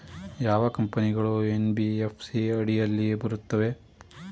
ಯಾವ ಕಂಪನಿಗಳು ಎನ್.ಬಿ.ಎಫ್.ಸಿ ಅಡಿಯಲ್ಲಿ ಬರುತ್ತವೆ?